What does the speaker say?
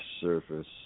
surface